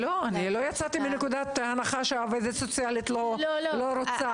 לא יצאתי מנקודת הנחה שהעובדת הסוציאלית לא רוצה.